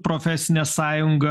profesinė sąjunga